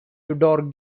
tudor